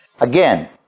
Again